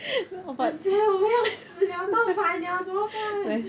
姐姐我们要死了倒反了怎么办